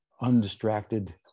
undistracted